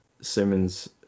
Simmons